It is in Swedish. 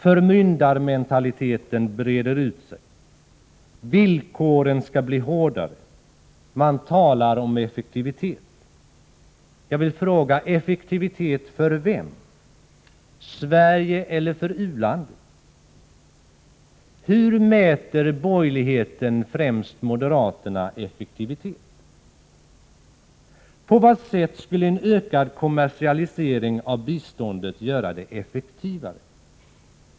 Förmyndarmentaliteten breder ut sig. Villkoren skall bli hårdare. Man talar om effektivitet. Jag vill fråga: Effektivitet för vem? För Sverige eller för u-landet? Hur mäter borgerligheten, främst moderaterna, effektivitet? På vad sätt skulle en ökad kommersialisering av biståndet göra det effektivare?